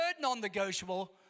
non-negotiable